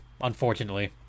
unfortunately